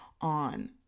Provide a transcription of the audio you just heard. on